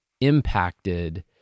impacted